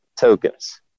tokens